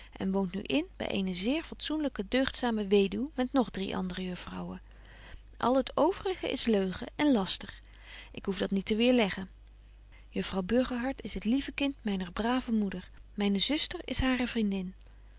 en woont nu in by eene zeer fatsoenlyke deugdzame weduw met nog drie andere juffrouwen al het overige is leugen en laster ik hoef dat niet te weêrleggen juffrouw burgerhart is het lieve kind myner brave moeder myne zuster is hare vriendin